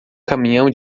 caminhão